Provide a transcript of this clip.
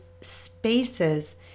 spaces